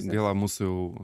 gaila mūsų jau